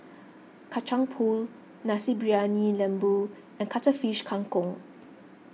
Kacang Pool Nasi Briyani Lembu and Cuttlefish Kang Kong